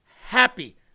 happy